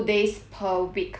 but then because of this